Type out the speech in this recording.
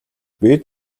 бид